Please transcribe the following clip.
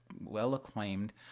well-acclaimed